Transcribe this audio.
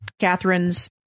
Catherine's